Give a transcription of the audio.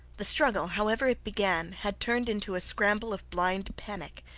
the struggle, however it began, had turned into a scramble of blind panic.